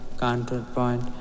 counterpoint